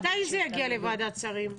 מתי זה יגיע לוועדת שרים?